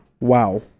Wow